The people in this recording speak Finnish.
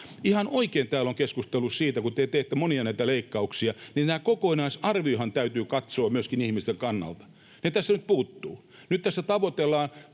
Ihan oikein täällä on keskusteltu siitä, että kun te teette monia näitä leikkauksia, niin kokonaisarviohan täytyy katsoa myöskin ihmisten kannalta. Se tästä nyt puuttuu. Nyt tässä tavoitellaan